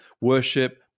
worship